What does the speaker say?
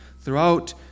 throughout